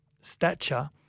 stature